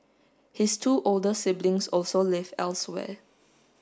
his two older siblings also live elsewhere